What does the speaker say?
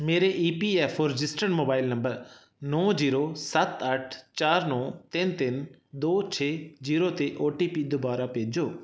ਮੇਰੇ E P F O registered mobile number ਨੌਂ zero ਸੱਤ ਅੱਠ ਚਾਰ ਨੌਂ ਤਿੰਨ ਤਿੰਨ ਦੋ ਛੇ ਜ਼ੀਰੋ 'ਤੇ ਓ ਟੀ ਪੀ ਦੁਬਾਰਾ ਭੇਜੋ